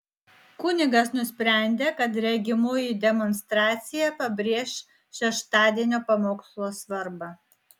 kunigas nusprendė kad regimoji demonstracija pabrėš šeštadienio pamokslo svarbą